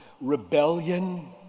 rebellion